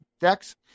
decks